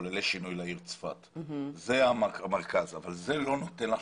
מחוללי שינוי לעיר צפת אבל זה לא נותן לשוטף.